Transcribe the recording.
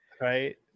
right